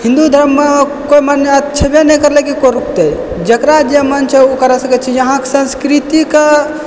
हिन्दू धर्ममे कोइ मने छेबे नहि करलइ कि कोइ रूकतइ जकरा जे मन छै उ करऽ सकय छी जे अहाँके संस्कृतिके